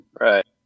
Right